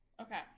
Okay